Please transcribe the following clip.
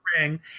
ring